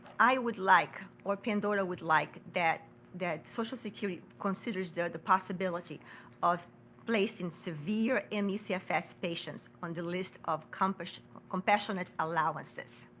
i would like or pandora would like that that social security considers the possibility of placing severe and me cfs patients on the list of compassionate compassionate allowances.